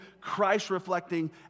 Christ-reflecting